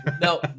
No